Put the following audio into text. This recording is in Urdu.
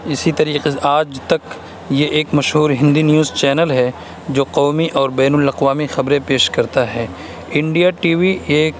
اسی طریقے سے آج تک یہ ایک مشہور ہندینیوز چینل ہے جو قومی اور بین الاقوامی خبریں پیش کرتا ہے انڈیا ٹی وی ایک